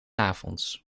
avonds